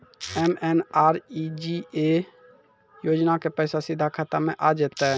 MNREGA योजना के पैसा सीधा खाता मे आ जाते?